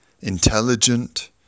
intelligent